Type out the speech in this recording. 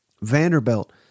Vanderbilt